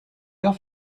heure